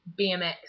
BMX